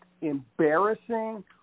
embarrassing